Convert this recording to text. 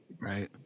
Right